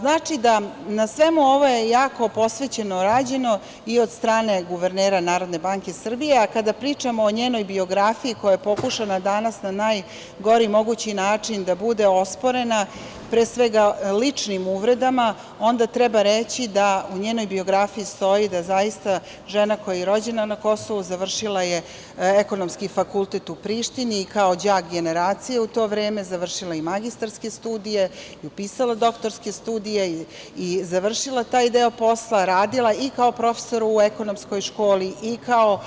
Znači da na svemu ovome je jako posvećeno rađeno i od strane guvernera Narodne banke Srbije, a kada pričamo o njenoj biografiji, koja je pokušana danas na najgori mogući način da bude osporena, pre svega ličnim uvredama, onda treba reći da u njenoj biografiji stoji da, zaista, žena koja je i rođena na Kosovu, završila je Ekonomski fakultet u Prištini i kao đak generacije u to vreme završila je i magistarske studije, upisala doktorske studije i završila taj deo posla, radila i kao profesor u Ekonomskoj školi i kao